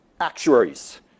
Actuaries